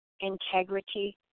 integrity